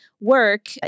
work